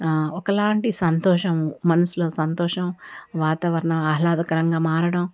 ఒకలాంటి సంతోషము మనసులో సంతోషం వాతావరణం ఆహ్లాదకరంగా మారడం